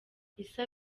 issa